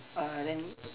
uh then